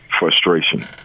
frustration